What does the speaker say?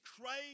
crazy